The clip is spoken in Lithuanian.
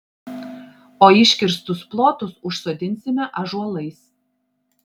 o iškirstus plotus užsodinsime ąžuolais